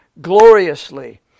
gloriously